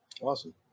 Awesome